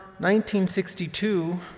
1962